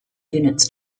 units